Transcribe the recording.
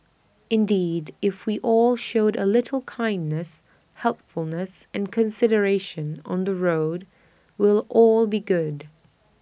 indeed if we all showed A little kindness helpfulness and consideration on the road we'll all be good